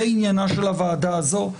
זה עניינה של הוועדה הזאת.